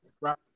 right